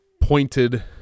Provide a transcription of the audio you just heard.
pointed